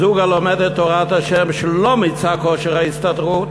זוג הלומד את תורת ה', שלא מיצה את כושר ההשתכרות,